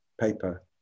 paper